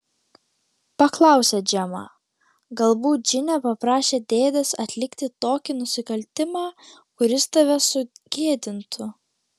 paklausė džemą galbūt džine paprašė dėdės atlikti tokį nusikaltimą kuris tave sugėdintų